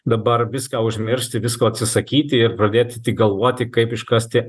dabar viską užmiršti visko atsisakyti ir pradėti tik galvoti kaip iškasti